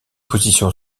position